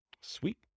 Sweet